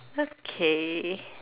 okay